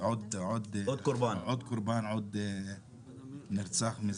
עוד קורבן, עוד נרצח, מזעזע.